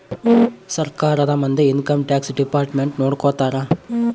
ಸರ್ಕಾರದ ಮಂದಿ income tax department ನೊಡ್ಕೋತರ